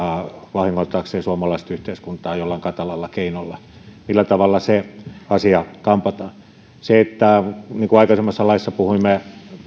vahingoittaakseen suomalaista yhteiskuntaa jollain katalalla keinolla niin millä tavalla se asia kampataan niin kuin aikaisemmassa laissa puhuimme